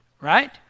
right